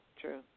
true